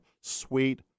sweet